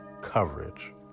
coverage